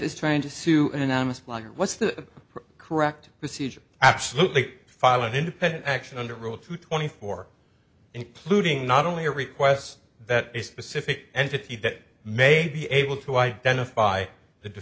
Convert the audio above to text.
is trying to sue anonymous blogger what's the correct procedure absolutely file an independent action under rule two twenty four including not only requests that a specific entity that may be able to identify the